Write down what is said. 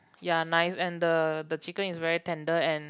ya nice and the the chicken is very tender and